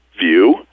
view